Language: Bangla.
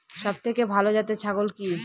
সবথেকে ভালো জাতের ছাগল কি?